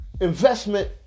investment